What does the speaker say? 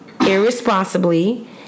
irresponsibly